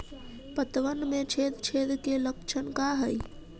पतबन में छेद छेद के लक्षण का हइ?